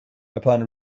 upon